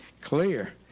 clear